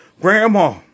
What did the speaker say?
grandma